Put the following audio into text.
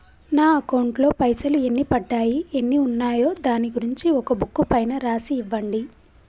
నా అకౌంట్ లో పైసలు ఎన్ని పడ్డాయి ఎన్ని ఉన్నాయో దాని గురించి ఒక బుక్కు పైన రాసి ఇవ్వండి?